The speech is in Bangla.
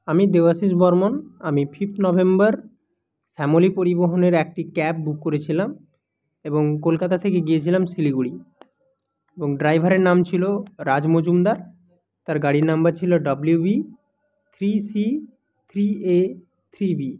আমি দেবশিষ বর্মন আমি ফিফথ নভেম্বর শ্যামলী পরিবহনের একটি ক্যাব বুক করেছিলাম এবং কলকাতা থেকে গিয়েছিলাম শিলিগুড়ি এবং ড্রাইভারের নাম ছিলো রাজ মজুমদার তার গাড়ির নম্বর ছিলো WB three C three A three B